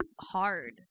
hard